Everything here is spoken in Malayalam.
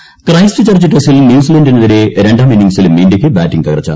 ക്രിക്കറ്റ് ക്രൈസ്റ്റ്ചർച്ച് ടെസ്റ്റിൽ ന്യൂസിലാന്റിനെതിരെ രണ്ടാം ഇന്നിംഗ്സിലും ഇന്ത്യയ്ക്ക് ബാറ്റിംഗ് തകർച്ച